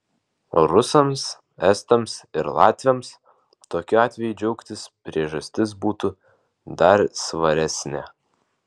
rusams estams ir latviams tokiu atveju džiaugtis priežastis būtų dar svaresnė